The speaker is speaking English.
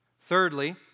Thirdly